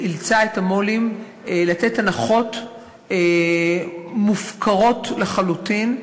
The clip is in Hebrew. לתת הנחות מופקרות לחלוטין.